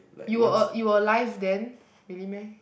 you were a~ you alive then really meh